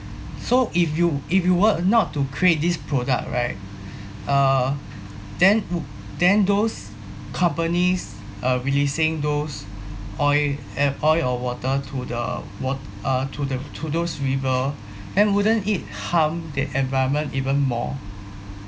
so if you if you were not to create this product right uh then w~ then those companies uh releasing those oil e~ oil or water to the wat~ uh to the to those river then wouldn't it harm the environment even more